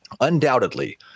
undoubtedly